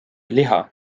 liha